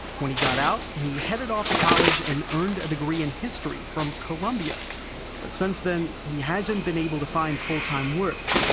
when he got out, he headed off to college and earned a degree in history from columbia but since then, he hasn't been able to find full-time, permanent work.